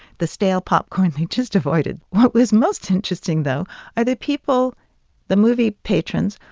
the stale popcorn, they just avoided what was most interesting though are the people the movie patrons,